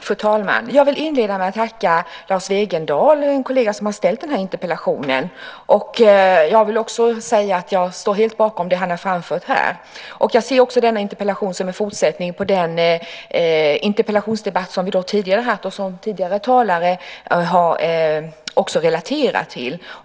Fru talman! Jag vill inleda med att tacka Lars Wegendal, den kollega som har ställt den här interpellationen. Jag vill också säga att jag helt står bakom det han har framfört här. Jag ser denna interpellation som en fortsättning på den interpellationsdebatt som vi tidigare har haft och som tidigare talare också har relaterat till.